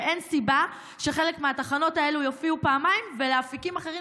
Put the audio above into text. ואין סיבה שחלק מהתחנות האלה יופיעו פעמיים ולאפיקים אחרים,